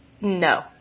no